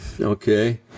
okay